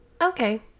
Okay